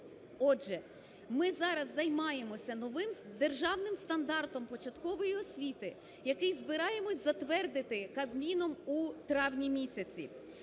Отже, ми зараз займаємося новим державним стандартом початкової освіти, який збираємось затвердити Кабміном у травні-місяці.